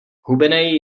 hubenej